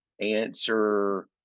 answer